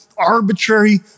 arbitrary